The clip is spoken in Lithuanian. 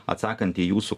atsakant į jūsų